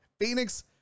Phoenix